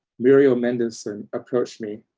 muriel mendelssohn approached me.